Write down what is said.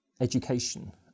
education